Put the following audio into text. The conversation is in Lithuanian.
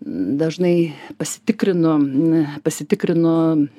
dažnai pasitikrinu pasitikrinu